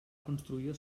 construïda